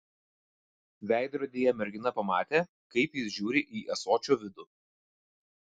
veidrodyje mergina pamatė kaip jis žiūri į ąsočio vidų